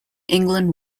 england